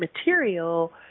material